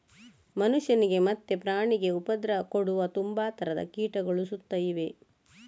ಮನುಷ್ಯನಿಗೆ ಮತ್ತೆ ಪ್ರಾಣಿಗೆ ಉಪದ್ರ ಕೊಡುವ ತುಂಬಾ ತರದ ಕೀಟಗಳು ಸುತ್ತ ಇವೆ